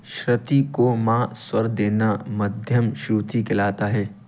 श्रुति को माँ स्वर देना मध्यम श्रुति कहलाता है